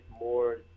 more